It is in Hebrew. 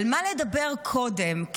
על מה לדבר קודם,